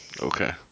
Okay